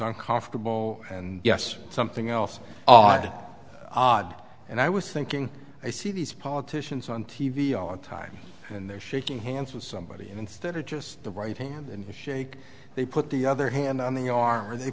on confortable and yes something else odd odd and i was thinking i see these politicians on t v all the time and they're shaking hands with somebody and instead of just the right hand shake they put the other hand on the arm or they